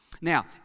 Now